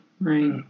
right